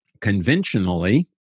conventionally